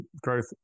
growth